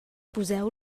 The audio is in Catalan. poseu